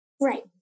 Right